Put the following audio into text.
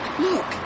Look